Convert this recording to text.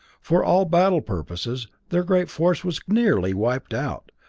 for all battle purposes their great force was nearly wiped out,